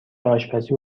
آشپزی